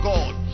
God